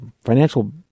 financial